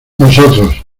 nosotros